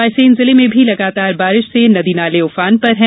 रायसेन जिले में भी लगातार बारिश से नदी नाले उफान पर हैं